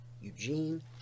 Eugene